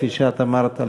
כפי שאת אמרת,